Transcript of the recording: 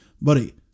buddy